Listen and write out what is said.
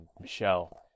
Michelle